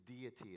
deity